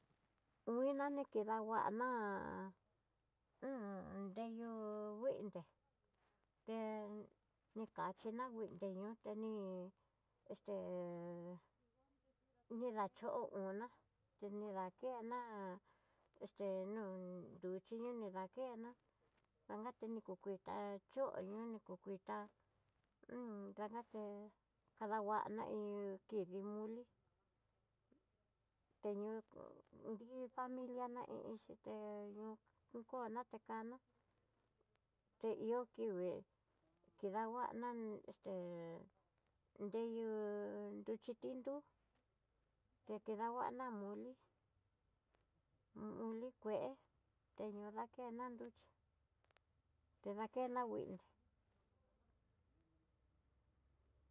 Viná ni kdá nguana deyu nguinde hen ni kaxhina nguindé te ñoo teni esté ni dacho'oná ta ni dakena esté nó duxhi yo ni dakena anga tinogokuitá choña nikokuitá danaké kadahuana iin kidi moli te ño nri familia ná i iin xhité ñoo kona tekana té ihó ki vee kidanguana esté nriyú nruxhi ti nrú ke ledanguana moli moli kué, teño dakena nruxhi tedakenda kuinde.